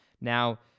Now